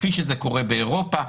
כפי שזה קורה באירופה.